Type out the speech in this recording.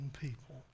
people